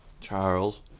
Charles